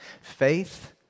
faith